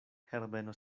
herbeno